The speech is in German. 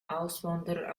auswanderer